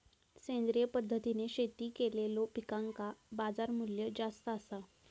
सेंद्रिय पद्धतीने शेती केलेलो पिकांका बाजारमूल्य जास्त आसा